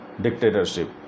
Dictatorship